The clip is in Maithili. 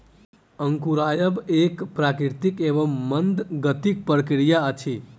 अंकुरायब एक प्राकृतिक एवं मंद गतिक प्रक्रिया अछि